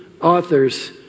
authors